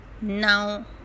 Now